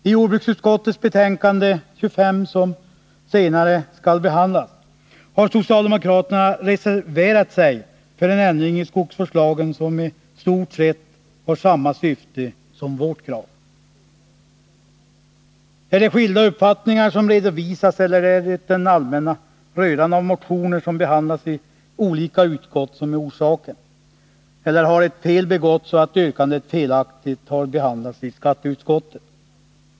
I jordbruksutskottets betänkande nr 25, som senare skall behandlas, har socialdemokraterna reserverat sig för en ändring i skogsvårdslagen som i stort sett har samma syfte som vårt krav. Är det skilda uppfattningar som redovisas, eller är det den allmänna röran av motioner som behandlas i olika utskott som är orsaken? Eller har ett fel begåtts, så att yrkandet felaktigt har behandlats i skatteutskottet?